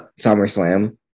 SummerSlam